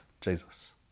Jesus